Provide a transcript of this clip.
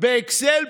באקסל פשוט,